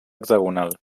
hexagonal